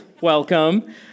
Welcome